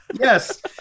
yes